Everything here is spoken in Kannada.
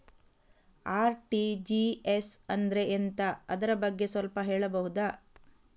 ಆರ್.ಟಿ.ಜಿ.ಎಸ್ ಅಂದ್ರೆ ಎಂತ ಅದರ ಬಗ್ಗೆ ಸ್ವಲ್ಪ ಹೇಳಬಹುದ?